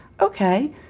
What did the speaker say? okay